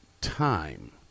time